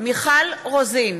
מיכל רוזין,